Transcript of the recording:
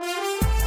(הישיבה נפסקה